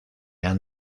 han